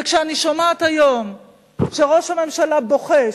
וכשאני שומעת היום שראש הממשלה בוחש,